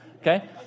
okay